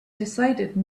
decided